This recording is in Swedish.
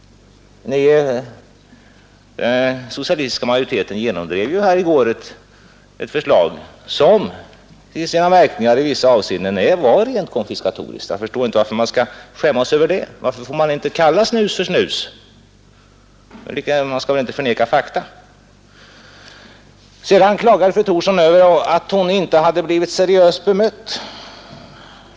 Den socialistiska majoriteten genomdrev ju i går ett förslag som till sina verkningar i vissa avseenden är rent konfiskatoriskt. Jag förstår inte varför man nu skall skämmas för detta. Varför får man inte kalla snus för snus? Man skall väl inte förneka fakta. Sedan klagar fru Thorsson över att hon inte hade blivit seriöst bemött.